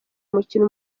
umukino